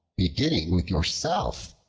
beginning with yourself?